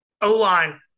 O-line